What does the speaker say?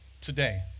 today